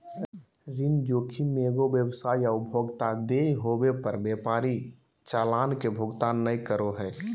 ऋण जोखिम मे एगो व्यवसाय या उपभोक्ता देय होवे पर व्यापारी चालान के भुगतान नय करो हय